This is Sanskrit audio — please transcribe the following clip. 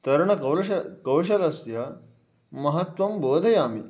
तरणकौशलं कौशलस्य महत्वं बोधयामि